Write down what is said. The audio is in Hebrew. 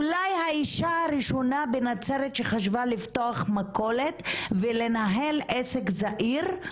אולי האישה הראשונה בנצרת שחשבה לפתוח מכולת ולנהל עסק זעיר.